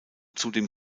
zudem